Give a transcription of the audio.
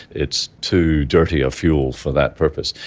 it's too dirty a fuel for that purpose.